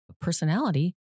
personality